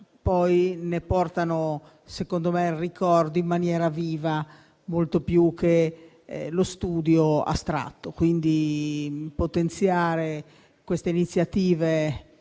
poi ne portano in sé il ricordo in maniera viva molto più che con lo studio astratto. Potenziare queste iniziative